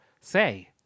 say